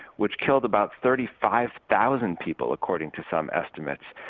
which killed about thirty five thousand people, according to some estimates.